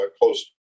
close